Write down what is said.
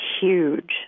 huge